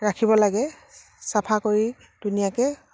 ৰাখিব লাগে চাফা কৰি ধুনীয়াকে